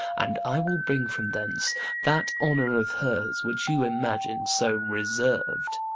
and i will bring from thence that honour of hers which you imagine so reserv'd.